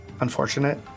unfortunate